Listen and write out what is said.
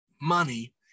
money